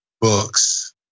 books